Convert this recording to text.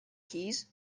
keys